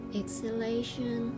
exhalation